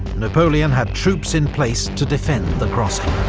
napoleon had troops in place to defend the crossing.